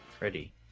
ready